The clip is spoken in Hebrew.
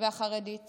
והחרדית